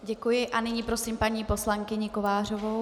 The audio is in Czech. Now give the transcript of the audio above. Děkuji a nyní prosím paní poslankyni Kovářovou.